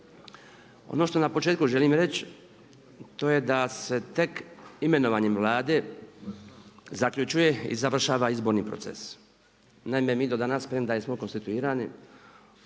Ono što na početku želim reći to je da se tek imenovanjem Vlade zaključuje i završava izborni proces. Naime mi do danas, premda jesmo konstituirani,